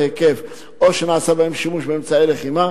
היקף או שנעשה בהם שימוש באמצעי לחימה,